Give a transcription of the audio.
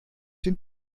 den